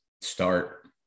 Start